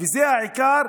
וזה העיקר,